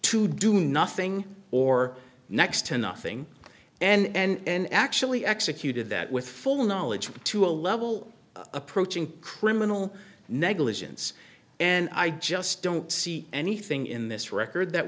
to do nothing or next to nothing and actually executed that with full knowledge to a level approaching criminal negligence and i just don't see anything in this record that